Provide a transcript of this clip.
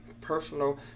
personal